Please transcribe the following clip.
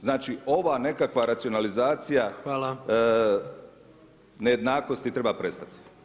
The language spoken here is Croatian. Znači ova nekakva racionalizacija nejednakosti treba prestati.